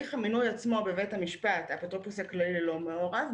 בהליך המינוי בבית המשפט האפוטרופוס הכללי לא מעורב.